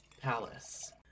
palace